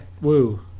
Woo